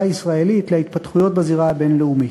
הישראלית להתפתחויות בזירה הבין-לאומית.